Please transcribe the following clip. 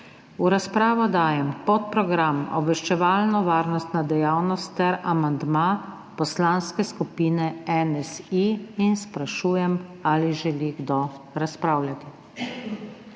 V razpravo dajem podprogram Obveščevalno varnostna dejavnost ter amandma Poslanske skupine NSi in sprašujem, ali želi kdo razpravljati.